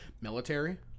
military